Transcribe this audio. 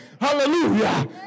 Hallelujah